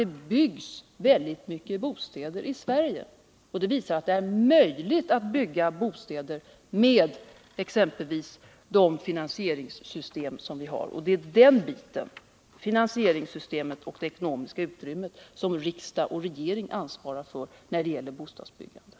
Det byggs väldigt mycket bostäder i Sverige, och det visar att det är möjligt att bygga bostäder med det finansieringssystem som vi har. Det är den biten, finansieringssystemet och det ekonomiska utrymmet, som riksdag och regering ansvarar för när det gäller bostadsbyggandet.